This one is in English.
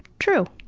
true.